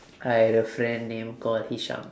I had a friend name called hisham